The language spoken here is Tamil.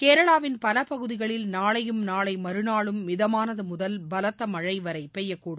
கேரளாவின் பல பகுதிகளில் நாளையும் நாளை மறுநாளும் மிதமானது முதல் பலத்த மழை வரை பெய்யக்கூடும்